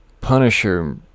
Punisher